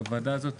הוועדה הזאת